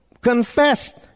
confessed